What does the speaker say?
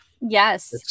Yes